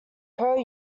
pro